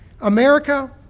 America